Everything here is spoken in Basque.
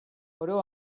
oro